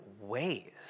ways